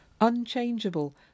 unchangeable